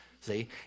see